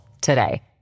today